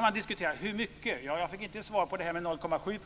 Man kan diskutera hur mycket. Jag fick inget svar på det här med 0,7